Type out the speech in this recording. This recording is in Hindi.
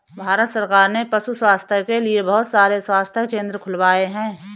भारत सरकार ने पशु स्वास्थ्य के लिए बहुत सारे स्वास्थ्य केंद्र खुलवाए हैं